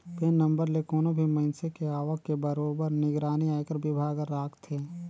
PAN number ले कोनो भी मइनसे के आवक के बरोबर निगरानी आयकर विभाग हर राखथे